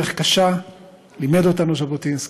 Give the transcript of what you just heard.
לימד אותנו ז'בוטינסקי: